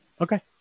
Okay